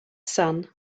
sun